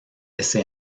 ese